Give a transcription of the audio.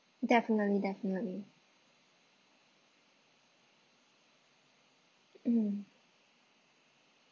definitely definitely um